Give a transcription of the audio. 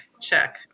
check